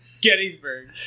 Gettysburg